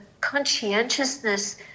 conscientiousness